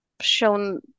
shown